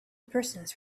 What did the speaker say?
persons